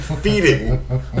Feeding